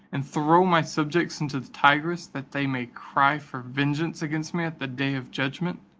and throw my subjects into the tigris, that they may cry for vengeance against me at the day of judgment?